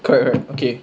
correct correct okay